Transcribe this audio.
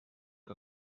que